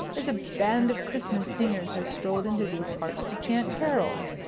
there's a band of christmas singers has strolled into these parts to chant carols.